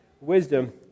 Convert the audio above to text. wisdom